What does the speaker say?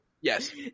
yes